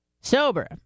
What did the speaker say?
sober